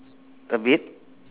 a bit